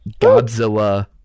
Godzilla